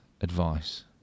advice